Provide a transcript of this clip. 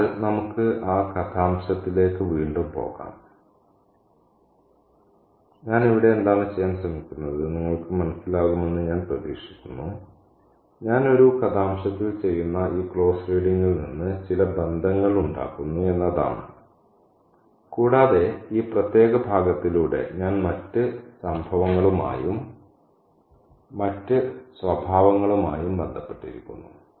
അതിനാൽ നമുക്ക് ആ കഥാംശത്തിലേക്ക് വീണ്ടും പോകാം ഞാൻ ഇവിടെ എന്താണ് ചെയ്യാൻ ശ്രമിക്കുന്നത് നിങ്ങൾക്ക് മനസ്സിലാകുമെന്ന് ഞാൻ പ്രതീക്ഷിക്കുന്നു ഞാൻ ഒരു കഥാംശത്തിൽ ചെയ്യുന്ന ഈ ക്ലോസ് റീഡിങിൽ നിന്ന് ചില ബന്ധങ്ങൾ ഉണ്ടാക്കുന്നു എന്നതാണ് കൂടാതെ ഈ പ്രത്യേക ഭാഗത്തിലൂടെ ഞാൻ മറ്റ് സംഭവങ്ങളുമായും മറ്റ് സ്വഭാവങ്ങളുമായും ബന്ധപ്പെട്ടിരിക്കുന്നു